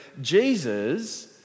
Jesus